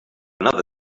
another